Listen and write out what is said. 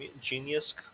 Genius